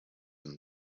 and